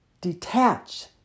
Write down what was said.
Detach